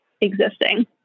Existing